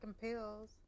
pills